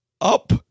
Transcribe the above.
up